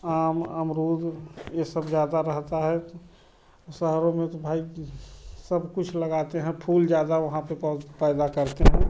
आम अमरुद ए सब ज़्यादा रहता है शहरों में तो भाई सबकुछ लगाते हैं फूल ज़्यादा वहाँ पर पहु पैदा करते हैं